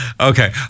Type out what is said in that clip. okay